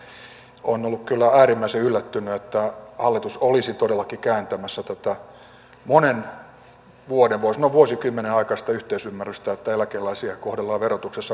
olen ollut kyllä äärimmäisen yllättynyt että hallitus olisi todellakin kääntämässä tätä monen vuoden voi sanoa vuosikymmenen aikaista yhteisymmärrystä että eläkeläisiä kohdellaan verotuksessa samalla tavalla kuin työssä olevia